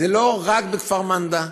זה לא רק בכפר מנדא,